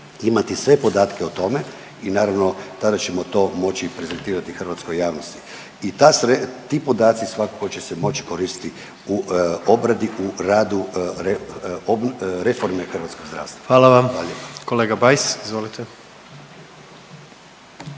imati sve podatke o tome i naravno tada ćemo to moći prezentirati hrvatskoj javnosti i ti podaci svakako će se moć koristiti u obradi u radu reforme hrvatskog zdravstva. …/Upadica predsjednik: